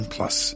Plus